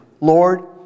Lord